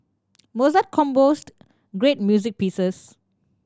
Mozart composed great music pieces